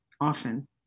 often